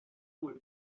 would